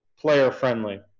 player-friendly